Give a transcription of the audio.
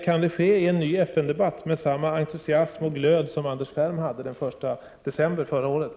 Kan det göras igen i en ny FN-debatt med samma entusiasm och glöd som Anders Ferm hade den 1 december förra året?